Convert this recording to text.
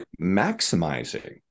maximizing